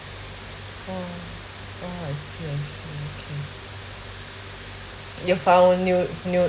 ah what was okay if I were knew knew